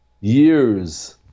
years